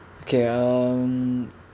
okay um